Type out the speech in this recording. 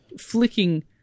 flicking